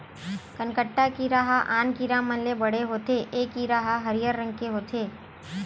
कनकट्टा कीरा ह आन कीरा मन ले बड़े होथे ए कीरा ह हरियर रंग के होथे